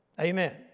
Amen